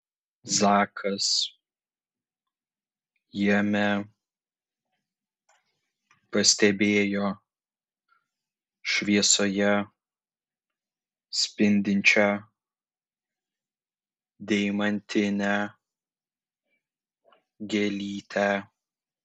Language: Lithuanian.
zakas jame pastebėjo šviesoje spindinčią deimantinę gėlytę